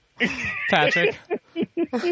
Patrick